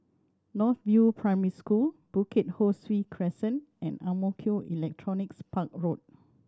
North View Primary School Bukit Ho Swee Crescent and Ang Mo Kio Electronics Park Road